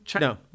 No